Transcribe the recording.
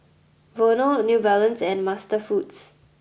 Vono New Balance and MasterFoods